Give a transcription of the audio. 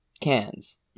cans